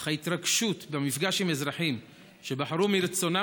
אך ההתרגשות במפגש עם אזרחים שבחרו מרצונם